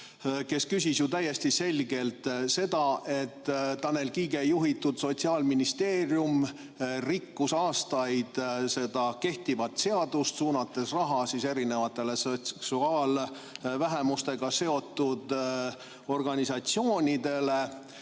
kes küsis ju täiesti selgelt selle kohta, et Tanel Kiige juhitud Sotsiaalministeerium rikkus aastaid seda kehtivat seadust, suunates raha seksuaalvähemustega seotud organisatsioonidele.